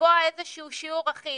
לקבוע איזה שהוא שיעור אחיד?